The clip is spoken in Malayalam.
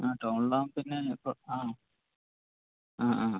ആ ടൗണിലാകുമ്പോൾ പിന്നെ ഇപ്പോൾ ആ ആ ആ